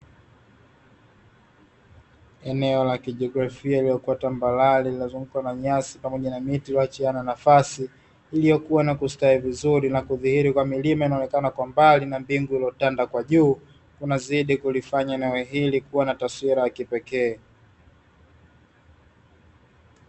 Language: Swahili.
Eneo la kijiografia, lililokuwa tambarare, limezungukwa na nyasi pamoja na miti iliyoachiana nafasi pamoja na mbingu iliyotanda kwa juu, inazidi kulifanya eneo hili kuwa na taswira ya kipekee.